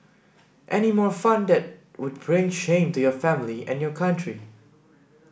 any more fun that would bring shame to your family and your country